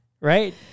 Right